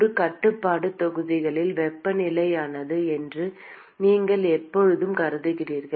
ஒரு கட்டுப்பாட்டு தொகுதியில் வெப்பநிலை நிலையானது என்று நீங்கள் எப்போதும் கருதுகிறீர்கள்